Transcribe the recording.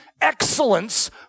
excellence